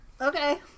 Okay